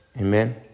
Amen